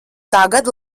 tagad